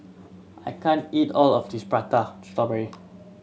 I can't eat all of this Prata Strawberry